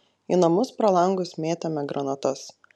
į namus pro langus mėtėme granatas